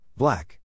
Black